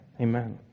amen